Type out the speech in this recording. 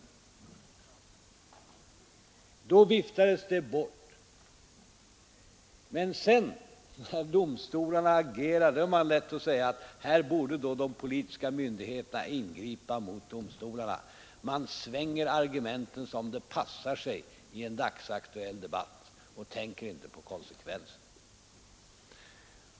Det talet viftades den gången bort. Men när domstolarna sedan agerar är det så lätt att säga, att här borde de politiska myndigheterna ingripa mot domstolarna. Man svänger sålunda argumenten som det passar i en dagsaktuell debatt och tänker inte på konsekvenserna.